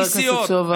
חבר הכנסת סובה.